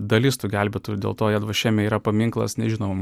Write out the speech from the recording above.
dalis tų gelbėtojų dėl to jie šiame yra paminklas nežinomam